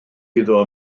iddo